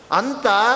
anta